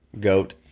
goat